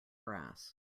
grass